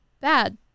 bad